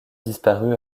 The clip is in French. disparu